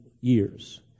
years